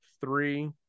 three